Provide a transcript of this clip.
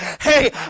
hey